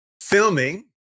filming